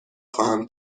خواهم